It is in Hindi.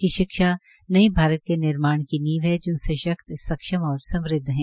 कि शिक्षा नये भारत के निर्माण की नींव है जो सशक्त सक्षम और समृद्व है